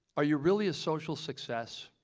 are you really a social success?